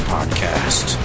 Podcast